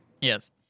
Yes